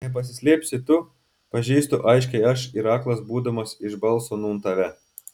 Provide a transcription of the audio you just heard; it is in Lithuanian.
nepasislėpsi tu pažįstu aiškiai aš ir aklas būdamas iš balso nūn tave